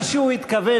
מה הוא התכוון,